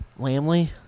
Lamley